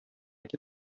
яки